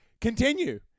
Continue